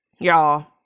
Y'all